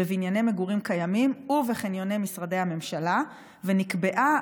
בבנייני מגורים קיימים ובחניוני משרדי הממשלה ונקבעה